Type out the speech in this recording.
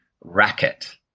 racket